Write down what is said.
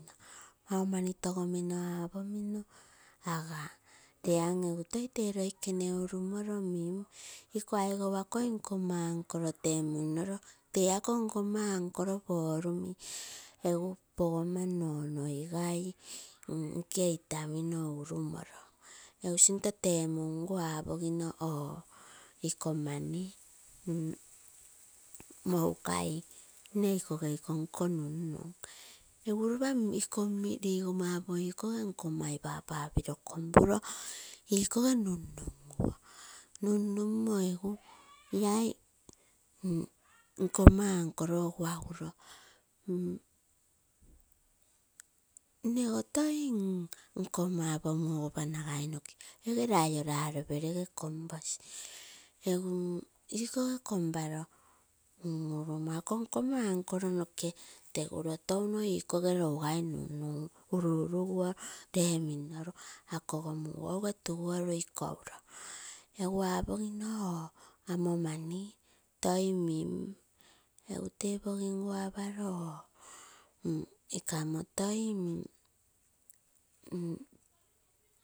Mau mani togomino apomino aga lee amo egu toi tee loike urumo mim ikou aigou akoi nkoma uncle temugui tee akoo nkoma uncle porumi egu pogoma nonoigai, nke itamino urumoro. Egu sinto temungu apomino oo iko mani moukai nne igikoge ikonko nunnun. Egu ropa iko rigoma opo igikoge akoi papa piro kompuroo ikoge nun nuguo, nun numo ege laii nkoma uncle egu aguro nego toi mm koma opo mugupa nagai noke komparoo un urumomako nkoma uncle poru noke teguroo touno un uneguoru, lee minnogo akogo mugouee tuguoru ikou uroo. Egu apuroo oo amo mani toimin egu tepogim pigu aparo ooo ikamo toi mmm.